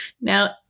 now